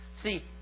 See